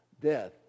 death